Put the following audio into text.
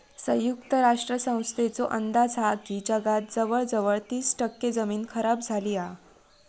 संयुक्त राष्ट्र संस्थेचो अंदाज हा की जगात जवळजवळ तीस टक्के जमीन खराब झाली हा